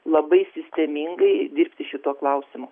labai sistemingai dirbti šitu klausimu